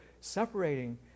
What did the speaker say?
separating